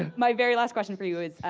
my very last question for you is,